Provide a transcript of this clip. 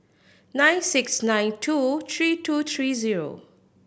nine six nine two three two three zero